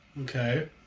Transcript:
Okay